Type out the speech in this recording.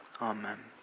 Amen